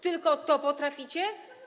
Tylko to potraficie?